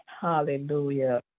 Hallelujah